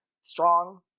strong